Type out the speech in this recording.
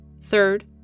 Third